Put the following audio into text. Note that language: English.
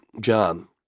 John